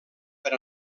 per